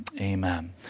amen